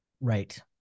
Right